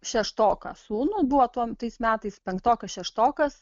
šeštoką sūnų buvo tuom tais metais penktokas šeštokas